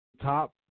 top